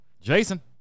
Jason